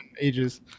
ages